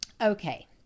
okay